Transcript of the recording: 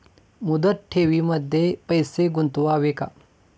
मुदत ठेवींमध्ये पैसे गुंतवावे का?